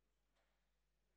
כי